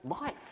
life